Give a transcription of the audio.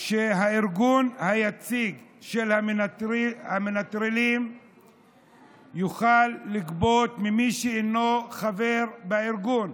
שהארגון היציג של המנטרלים יוכל לגבות ממי שאינו חבר בארגון.